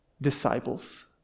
disciples